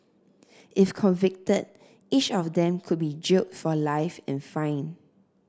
if convicted each of them could be jailed for life and fine